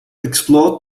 explored